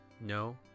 No